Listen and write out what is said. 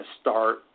start